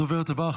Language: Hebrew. הדוברת הבאה,